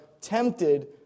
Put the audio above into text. tempted